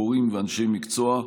הורים ואנשי מקצוע.